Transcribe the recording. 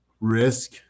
risk